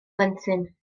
blentyn